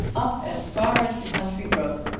up as far as the country brook,